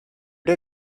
did